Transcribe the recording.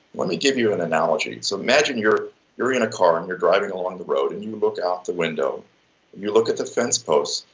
let me give you an analogy, so imagine you're you're in a car and you're driving along the road and you look out the window, and you look at the fence posts.